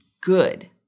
good